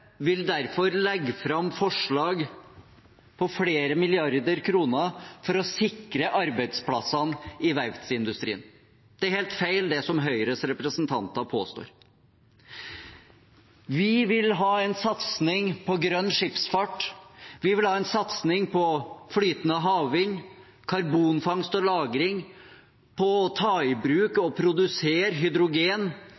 vil derfor legge fram forslag på flere milliarder kroner for å sikre arbeidsplassene i verftsindustrien. Det er helt feil, det som Høyres representanter påstår. Vi vil ha en satsing på grønn skipsfart, vi vil ha en satsing på flytende havvind, karbonfangst og -lagring, på å ta i bruk